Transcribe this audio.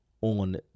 On